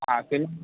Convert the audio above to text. हाँ सीमेंट